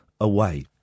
away